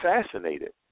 assassinated